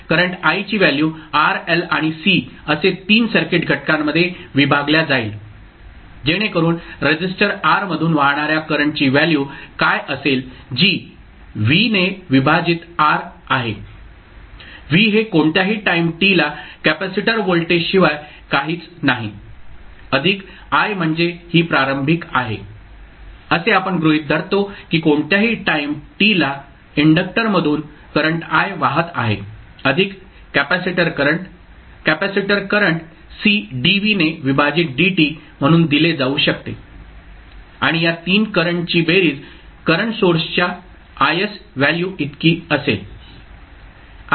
current I ची value R L आणि C असे तीन सर्किट घटकांमध्ये विभागल्या जाईल जेणेकरून रेसिस्टर R मधून वाहणार्या करंटची व्हॅल्यू काय असेल जी V ने विभाजित R आहे V हे कोणत्याही टाईम t ला कॅपेसिटर व्होल्टेज शिवाय काहीच नाही अधिक i म्हणजे ही प्रारंभिक आहे असे आपण गृहित धरतो की कोणत्याही टाईम t ला इंडकटर मधून करंट i वाहत आहे अधिक capacitor current capacitor current C dv ने विभाजित dt म्हणून दिले जाऊ शकते आणि या 3 करंटची बेरीज करंट सोर्सच्या Is व्हॅल्यू इतकी असेल